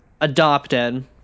adopted